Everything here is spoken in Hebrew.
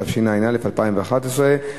התשע"א 2011,